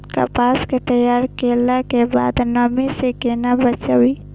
कपास के तैयार कैला कै बाद नमी से केना बचाबी?